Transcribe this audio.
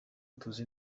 tuzi